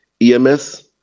EMS